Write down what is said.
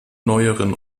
neueren